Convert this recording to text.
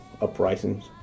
uprisings